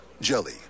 Jelly